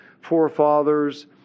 forefathers